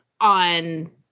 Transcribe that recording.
on